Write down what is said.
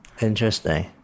Interesting